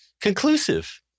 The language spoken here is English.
conclusive